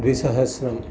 द्विसहस्रम्